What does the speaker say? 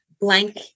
blank